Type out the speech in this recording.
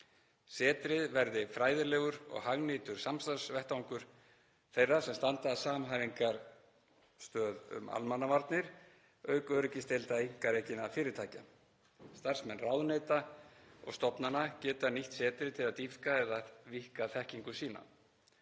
Setrið verði fræðilegur og hagnýtur samstarfsvettvangur þeirra sem standa að samhæfingarstöð um almannavarnir auk öryggisdeilda einkarekinna fyrirtækja. Starfsmenn ráðuneyta og stofnana geti nýtt setrið til að dýpka eða víkka þekkingu sína.